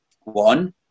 One